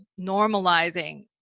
normalizing